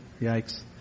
Yikes